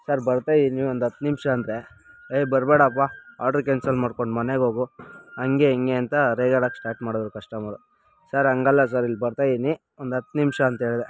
sir ಬರ್ತಾ ಇದೀನಿ ಒಂದು ಹತ್ತು ನಿಮಿಷ ಅಂದರೆ ಏ ಬರಬೇಡಪ್ಪ ಆಡ್ರು ಕ್ಯಾನ್ಸಲ್ ಮಾಡ್ಕೊಂಡು ಮನೆಗೆ ಹೋಗು ಹಂಗೆ ಹಿಂಗೆ ಅಂತ ರೇಗಾಡಕ್ಕೆ ಸ್ಟಾರ್ಟ್ ಮಾಡಿದ್ರು ಕಸ್ಟಮರು ಸರ್ ಹಂಗಲ್ಲ ಸರ್ ಇಲ್ಲಿ ಬರ್ತಾ ಇದೀನಿ ಒಂದು ಹತ್ತು ನಿಮಿಷ ಅಂತ ಹೇಳ್ದೆ